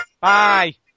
Bye